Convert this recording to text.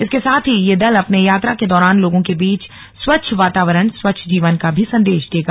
इसके साथ ही यह दल अपने यात्रा के दौरान लोगों के बीच स्वच्छ वातावरण स्वच्छ जीवन का भी संदेश देगा